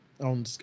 on